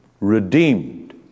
Redeemed